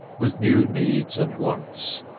with new needs and wants,